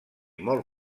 molt